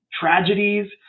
tragedies